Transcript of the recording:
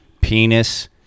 penis